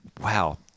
Wow